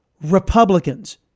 republicans